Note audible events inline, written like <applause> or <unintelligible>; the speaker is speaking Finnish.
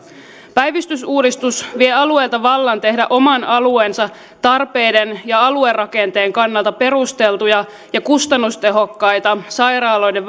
päivystysuudistus vie alueelta vallan tehdä oman alueensa tarpeiden ja aluerakenteen kannalta perusteltuja ja kustannustehokkaita sairaaloiden <unintelligible>